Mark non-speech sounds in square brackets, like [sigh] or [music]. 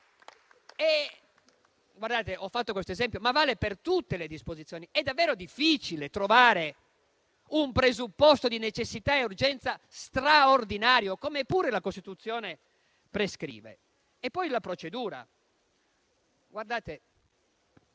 [applause] Ho fatto questo esempio, ma vale per tutte le disposizioni. È davvero difficile trovare un presupposto di necessità e urgenza straordinario, come pure la Costituzione prescrive. Vi è poi la procedura: la